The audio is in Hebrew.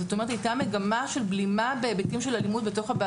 זאת אומרת,